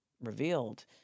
revealed